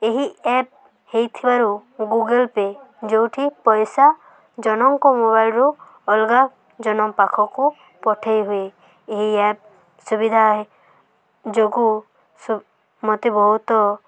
ଏହି ଆପ୍ ହେଇଥିବାରୁ Google pay' ଯେଉଁଠି ପଇସା ଜଣଙ୍କ ମୋବାଇଲରୁ ଅଲଗା ଜଣ ପାଖକୁ ପଠେଇ ହୁୁଏ ଏହି ଆପ୍ ସୁବିଧା ଯୋଗୁଁ ମୋତେ ବହୁତ